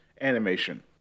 animation